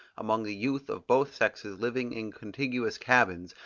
among the youth of both sexes living in contiguous cabins,